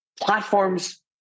Platforms